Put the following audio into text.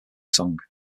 song